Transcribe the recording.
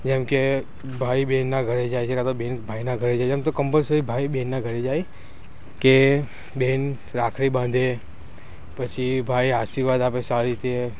જેમ કે ભાઈ બહેનના ઘરે જાય છે કાં તો બેન ભાઈના ઘરે જાય છે એમ તો કમ્પલ્સરી બેન ભાઈ ના ઘરે જાય કે બેન રાખડી બાંધે પછી ભાઈ આશીર્વાદ આપે સારી રીતે